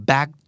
Back